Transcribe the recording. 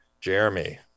jeremy